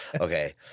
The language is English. Okay